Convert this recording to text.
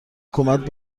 حکومت